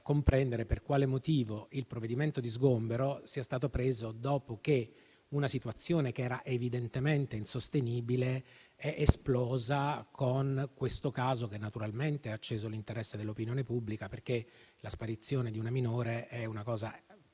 comprendere per quale motivo il provvedimento di sgombero sia stato adottato dopo che una situazione che era evidentemente insostenibile è esplosa con questo caso, che naturalmente ha acceso l'interesse dell'opinione pubblica, perché la sparizione di una minore è un evento